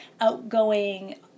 outgoing